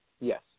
Yes